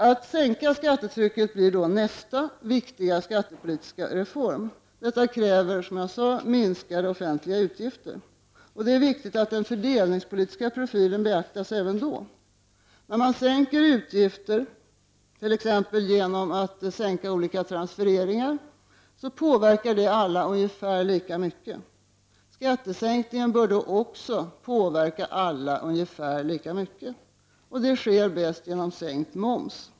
Att sänka skattetrycket blir då nästa viktiga skattepolitiska reform. Det kräver, som jag sagt, minskade offentliga utgifter. Det är viktigt att den fördelningspolitiska profilen beaktas även då. När utgifterna sänks, t.ex. genom att olika transfereringar sänks, påverkar det alla ungefär lika mycket. Skattesänkningen bör då också påverka alla ungefär lika mycket. Det sker bäst genom sänkt moms.